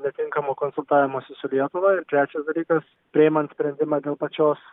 netinkamo konsultavimosi su lietuva ir trečias dalykas priimant sprendimą dėl pačios